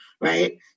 right